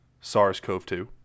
SARS-CoV-2